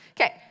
Okay